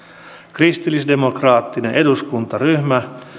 kristillisdemokraattinen eduskuntaryhmä